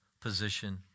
position